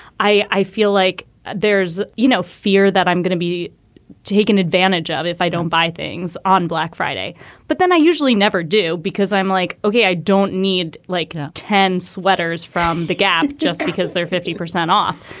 i i feel like there's, you know, fear that i'm going to be taken advantage of if i don't buy things on black friday but then i usually never do because i'm like, okay, i don't need like ten sweaters from the gap just because they're fifty percent off.